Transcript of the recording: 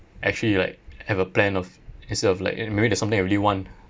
actually like have a plan of instead of like eh maybe there's something I really want